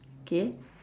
okay